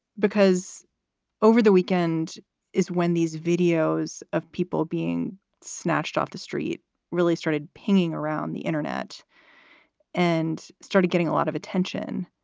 because over the weekend is when these videos of people being snatched off the street really started pinging around the internet and started getting a lot of attention.